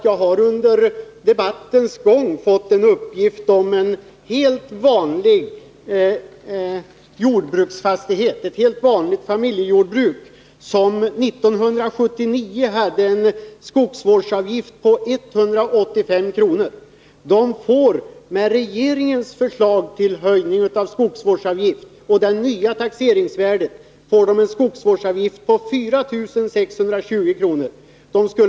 Jag har under debattens gång fått en uppgift om att ett helt vanligt familjejordbruk, som 1979 hade en skogsvårdsavgift på 185 kr., med regeringens förslag till höjning av skogsvårdsavgiften och det nya taxeringsvärdet får en skogsvårdsavgift på 4 620 kr.